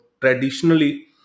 traditionally